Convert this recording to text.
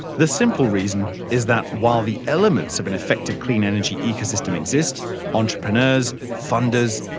the simple reason is that while the elements of an effective clean energy ecosystem exist entrepreneurs, funders,